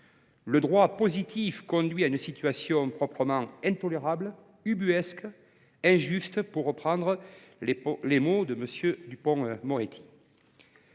Le droit positif conduit à une situation « proprement intolérable, ubuesque, injuste » pour reprendre vos mots, monsieur